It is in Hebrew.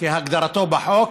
כהגדרתו בחוק,